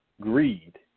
greed